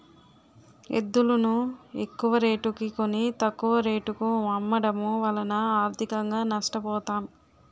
ఎద్దులును ఎక్కువరేటుకి కొని, తక్కువ రేటుకు అమ్మడము వలన ఆర్థికంగా నష్ట పోతాం